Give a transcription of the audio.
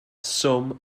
swm